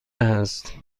است